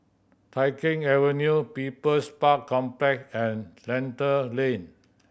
Tai Keng Avenue People's Park Complex and Lentor Lane